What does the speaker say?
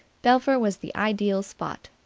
belpher was the ideal spot.